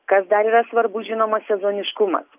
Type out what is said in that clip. kas dar yra svarbu žinoma sezoniškumas